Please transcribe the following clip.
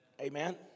Amen